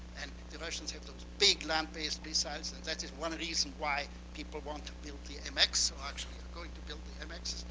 and the russians have those big land based missiles. and that is one reason why people want to build the mx. so actually, we're going to build the mx.